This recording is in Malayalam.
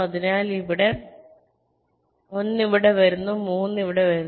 അതിനാൽ ഈ 1 ഇവിടെ വരുന്നു 3 ഇവിടെ വരുന്നു